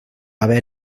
haver